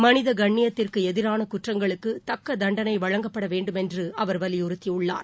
மனித கண்ணியத்திற்கு எதிரான குற்றங்களுக்கு தக்க தண்டனை வழங்கப்பட வேண்டுமென்று அவர் வலியுறுத்தியுள்ளார்